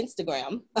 Instagram